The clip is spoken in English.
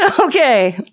Okay